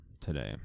today